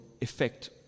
effect